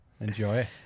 Enjoy